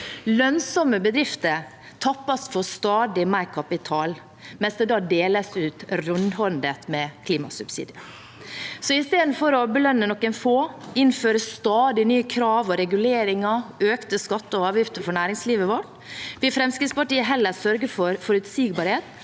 Lønnsomme bedrifter tappes for stadig mer ka pital, mens klimasubsidier deles ut rundhåndet. Istedenfor å belønne noen få og innføre stadig nye krav og reguleringer og økte skatter og avgifter for næringslivet vårt vil Fremskrittspartiet heller sørge for forutsigbarhet